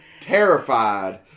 terrified